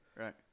right